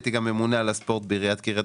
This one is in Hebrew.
הייתי גם ממונה על הספורט בעיריית קריית